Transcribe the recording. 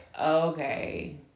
okay